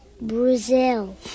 Brazil